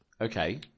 Okay